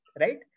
right